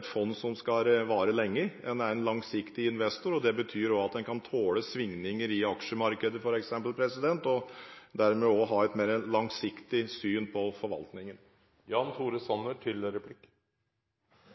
et fond som skal vare lenge – en er en langsiktig investor. Det betyr også at en f.eks. kan tåle svingninger i aksjemarkedet og dermed ha et mer langsiktig syn på forvaltningen. Under høringen om meldingen om Statens pensjonsfond utland utfordret jeg finansministeren på opposisjonens forslag om en evaluering knyttet til